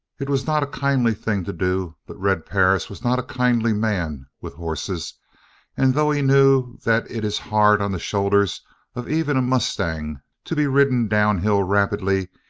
it was not a kindly thing to do but red perris was not a kindly man with horses and though he knew that it is hard on the shoulders of even a mustang to be ridden downhill rapidly,